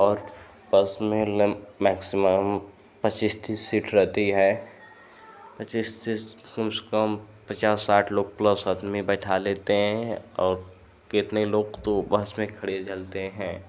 और बस में नम मैक्सिमम पच्चीस तीस सीट रहती है पच्चीस तीस कम से कम पचास साठ लोग प्लस आदमी बैठा लेते हैं और कितने लोग तो बस में खड़े चलते हैं